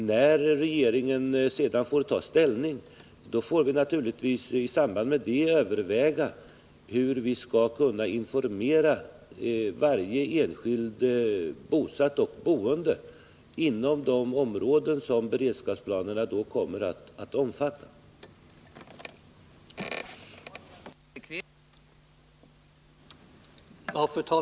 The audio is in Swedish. När regeringen tar ställning får den naturligtvis överväga hur varje enskild boende inom de områden som beredskapsplanerna kommer att omfatta skall informeras.